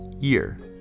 year